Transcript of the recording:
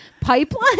Pipeline